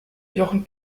jochen